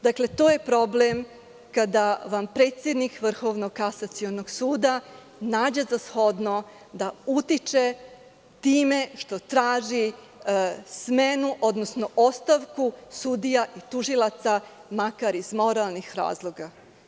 Dakle, to je problem kada vam predsednik Vrhovnog kasacionog suda nađe za shodno da utiče time što traži smenu odnosno ostavku sudija i tužilaca makar iz moralnih razloga.